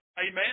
Amen